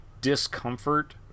discomfort